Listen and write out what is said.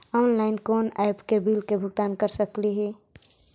Online कोन app से bill के भुगतान कर सकली ही?